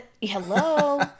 Hello